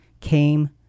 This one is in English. came